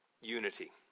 Unity